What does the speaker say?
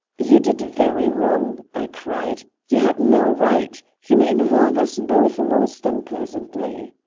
you did very wrong, i cried you had no right! you may involve us both most unpleasantly.